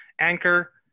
Anchor